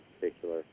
particular